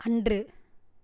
அன்று